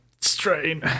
Strain